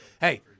hey